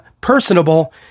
personable